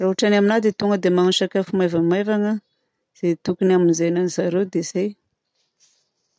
Raha ohatra ny aminahy magnano sakafo maivamaivana aho izay tokony hamonjena an'i zareo. Dia zay!